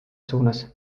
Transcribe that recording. suunas